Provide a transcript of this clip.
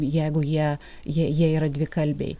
jeigu jie jie jie yra dvikalbiai